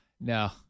No